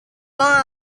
uang